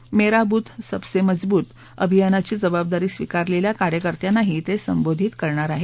मेरा बूथ सबसे मजबूत अभियानाची जबाबदारी स्वीकारलेल्या कार्यकर्त्यांनाही ते संबोधित करणार आहेत